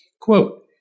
Quote